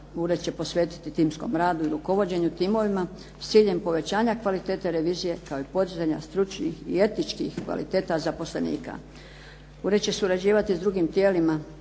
ured će posvetiti timskom radu i rukovođenju timovima s ciljem povećanja kvalitete revizije kao i podizanja stručnih i etičkih kvaliteta zaposlenika. Ured će surađivati s drugim tijelima